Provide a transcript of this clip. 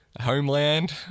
Homeland